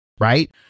right